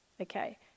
Okay